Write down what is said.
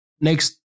next